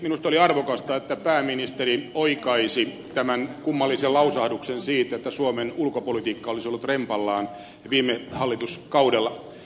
minusta oli arvokasta että pääministeri oikaisi tämän kummallisen lausahduksen siitä että suomen ulkopolitiikka olisi ollut rempallaan viime hallituskaudella